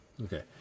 Okay